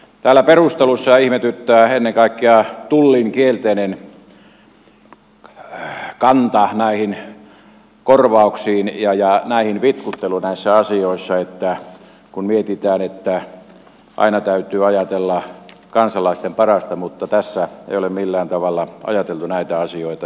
täällä perusteluissa ihmetyttää ennen kaikkea tullin kielteinen kanta näihin korvauksiin ja vitkuttelu näissä asioissa kun mietitään että aina täytyy ajatella kansalaisten parasta ja tässä ei ole millään tavalla ajateltu näitä asioita